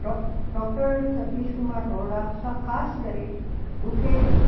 dock doctor Satish Kumar Rohira सां ख़ासि करे मूंखे